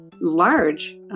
large